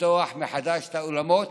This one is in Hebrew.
לפתוח מחדש את האולמות,